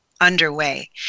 underway